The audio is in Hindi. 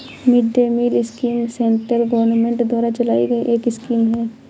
mid day meal scheme central government द्वारा चलाई गई एक स्कीम है